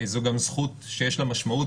זו גם זכות שיש לה משמעות,